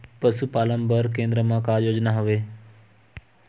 पशुपालन बर केन्द्र म का योजना हवे?